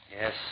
Yes